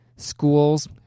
Schools